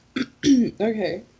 Okay